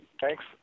Thanks